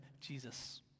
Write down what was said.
Jesus